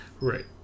right